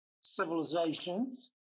civilizations